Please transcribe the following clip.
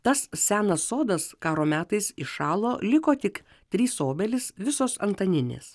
tas senas sodas karo metais iššalo liko tik trys obelys visos antaninės